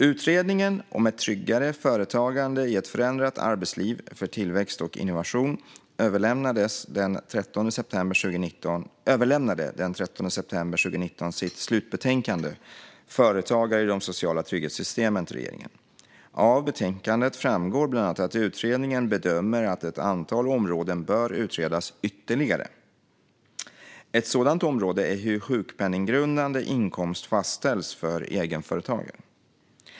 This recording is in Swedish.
Utredningen om ett tryggare företagande i ett förändrat arbetsliv - för tillväxt och innovation överlämnade den 13 september 2019 sitt slutbetänkande Företagare i de sociala trygghetssystemen till regeringen. Av betänkandet framgår bland annat att utredningen bedömer att ett antal områden bör utredas ytterligare. Ett sådant område är hur sjukpenninggrundande inkomst fastställs för egenföretagare.